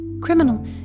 Criminal